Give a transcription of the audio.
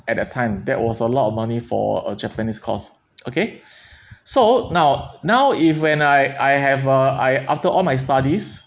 at that time that was a lot of money for a japanese course okay so now now if when I I have uh I after all my studies